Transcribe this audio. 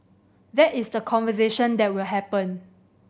that is the conversation that will happen